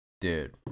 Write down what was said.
Dude